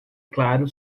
claro